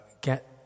get